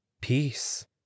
peace